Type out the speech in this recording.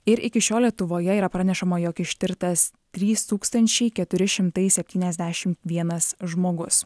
ir iki šiol lietuvoje yra pranešama jog ištirtas trys tūkstančiai keturi šimtai septyniasdešimt vienas žmogus